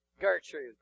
Gertrude